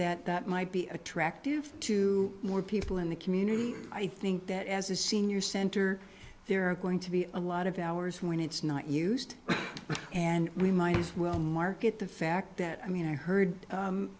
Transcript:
that that might be attractive to more people in the community i think that as a senior center there are going to be a lot of hours when it's not used and we might as well market the fact that i mean i heard